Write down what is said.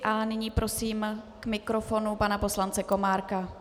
A nyní prosím k mikrofonu pana poslance Komárka.